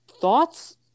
thoughts